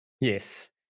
Yes